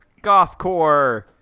Gothcore